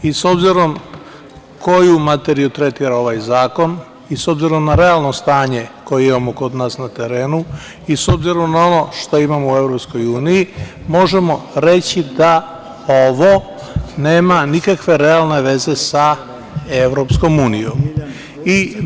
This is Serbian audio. I s obzirom koju materiju tretira ovaj zakon i s obzirom na realno stanje koje imamo kod nas na terenu i s obzirom na ono što imamo u EU, možemo reći da ovo nema nikakve realne veze sa Evropskom unijom.